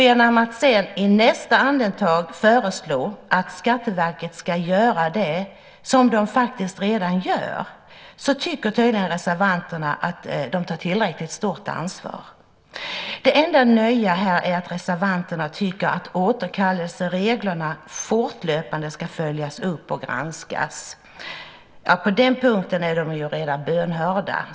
Genom att i nästa andetag föreslå att Skatteverket ska göra det som det faktiskt redan gör tycker tydligen reservanterna att de tar ett tillräckligt stort ansvar. Det enda nya är att reservanterna tycker att återkallelsereglerna fortlöpande ska följas upp och granskas. På den punkten är de redan bönhörda.